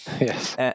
Yes